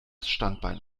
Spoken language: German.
standbein